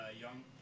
young